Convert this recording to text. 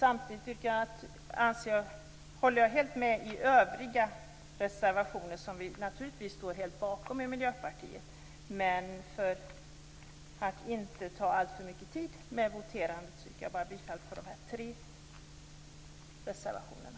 Vi i Miljöpartiet står givetvis också helt bakom våra övriga reservationer, men för att inte ta alltför mycket tid i anspråk för voteringar yrkar jag bara bifall till de tre reservationerna.